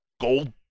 gold